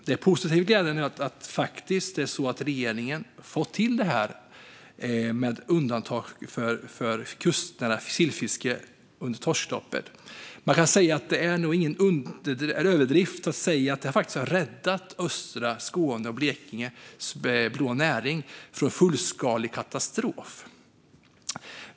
Det är positivt att regeringen faktiskt har fått till det här med undantag för kustnära sillfiske under torskstoppet. Det är nog ingen överdrift att säga att detta faktiskt har räddat östra Skånes och Blekinges blå näring från fullskalig katastrof.